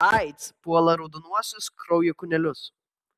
aids puola raudonuosius kraujo kūnelius